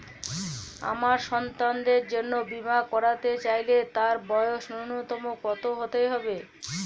আমার সন্তানের জন্য বীমা করাতে চাইলে তার বয়স ন্যুনতম কত হতেই হবে?